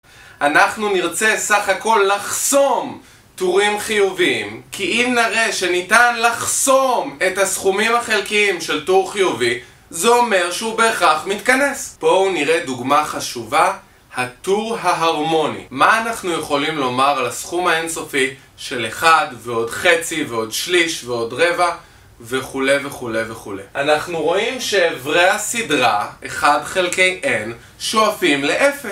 אנחנו נרצה סך הכל לחסום טורים חיוביים כי אם נראה שניתן לחסום את הסכומים החלקיים של טור חיובי זה אומר שהוא בהכרח מתכנס. בואו נראה דוגמה חשובה. הטור ההרמוני. מה אנחנו יכולים לומר על הסכום האינסופי של 1 ועוד חצי ועוד שליש ועוד רבע וכולי וכולי וכולי. אנחנו רואים שאיברי הסדרה 1 חלקי n שואפים לאפס